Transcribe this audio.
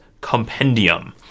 compendium